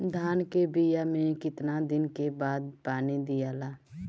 धान के बिया मे कितना दिन के बाद पानी दियाला?